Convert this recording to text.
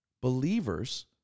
believers